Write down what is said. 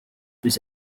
with